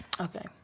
Okay